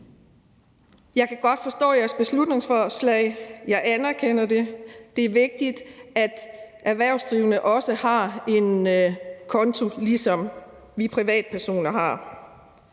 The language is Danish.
Jeg kan godt forstå jeres beslutningsforslag. Jeg anerkender det. Det er vigtigt, at erhvervsdrivende også har en konto, ligesom vi privatpersoner har.